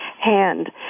hand